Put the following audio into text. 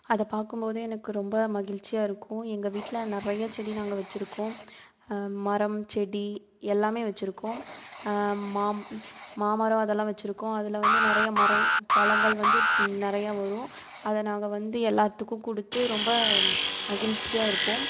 அதை பார்க்கும் போது எனக்கு ரொம்ப மகிழ்ச்சியாகருக்கும் எங்கள் வீட்டில் நிறையா செடி நாங்கள் வெச்சுருக்கோம் மரம் செடி எல்லாமே வெச்சுருக்கோம் மாம் மாமரம் அதெல்லாம் வெச்சுருக்கோம் அதில் வந்து நிறையா மரங் பழங்கள் வந்து நிறையா வரும் அதை நாங்கள் வந்து எல்லாத்துக்கும் கொ டுத்து ரொம்ப மகிழ்ச்சியாகருப்போம்